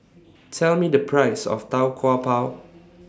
Tell Me The Price of Tau Kwa Pau